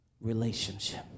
Relationship